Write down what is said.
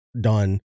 done